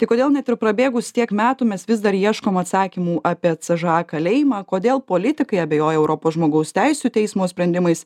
tai kodėl net ir prabėgus tiek metų mes vis dar ieškom atsakymų apie c ž a kalėjimą kodėl politikai abejoja europos žmogaus teisių teismo sprendimais